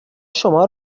شماها